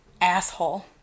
asshole